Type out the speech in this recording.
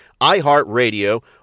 iHeartRadio